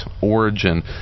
origin